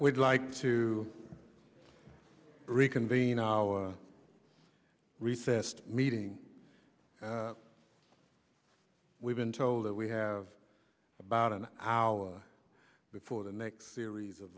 we'd like to reconvene our recessed meeting we've been told that we have about an hour before the next series of